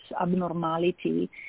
abnormality